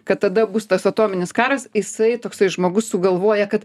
kad tada bus tas atominis karas jisai toksai žmogus sugalvoja kad